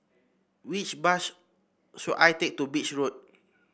which bus should I take to Beach Road